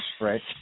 Right